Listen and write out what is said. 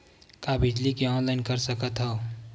का बिजली के ऑनलाइन कर सकत हव?